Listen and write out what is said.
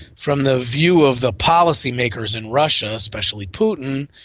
from the view of the policymakers in russia, especially putin,